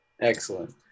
Excellent